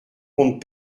compte